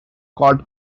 called